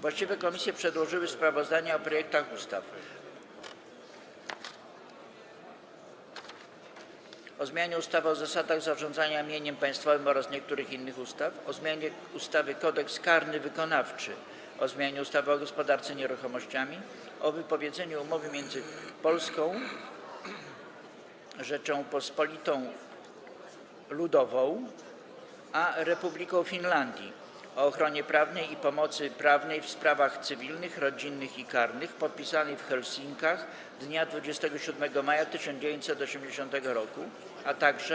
Właściwe komisje przedłożyły sprawozdania o projektach ustaw: - o zmianie ustawy o zasadach zarządzania mieniem państwowym oraz niektórych innych ustaw, - o zmianie ustawy Kodeks karny wykonawczy, - o zmianie ustawy o gospodarce nieruchomościami, - o wypowiedzeniu Umowy między Polską Rzecząpospolitą Ludową a Republiką Finlandii o ochronie prawnej i pomocy prawnej w sprawach cywilnych, rodzinnych i karnych, podpisanej w Helsinkach dnia 27 maja 1980 r.,